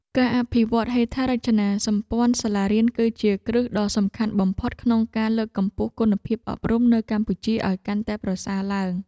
ការអភិវឌ្ឍហេដ្ឋារចនាសម្ព័ន្ធសាលារៀន គឺជាគ្រឹះដ៏សំខាន់បំផុតក្នុងការលើកកម្ពស់គុណភាពអប់រំនៅកម្ពុជាឱ្យកាន់តែប្រសើរឡើង។